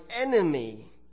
enemy